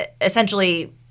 essentially